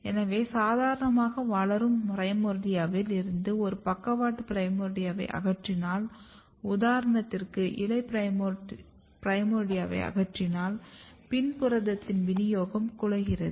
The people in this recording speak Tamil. எனவே சாதாரணமாக வளரும் பிரைமோர்டியாவில் இருந்து ஒரு பக்கவாட்டு பிரைமோர்டியவை அகற்றினால் உதாரணத்திற்கு இலை பிரைமோர்டியவை அகற்றினால் PIN புரதத்தின் விநியோகம் குலைக்கிறது